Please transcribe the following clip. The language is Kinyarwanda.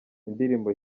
indirimbo